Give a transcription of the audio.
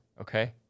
okay